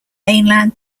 mainland